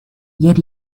yet